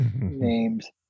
names